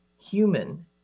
human